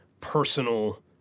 personal